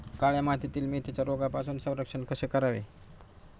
काळ्या मातीतील मेथीचे रोगापासून संरक्षण कसे करावे?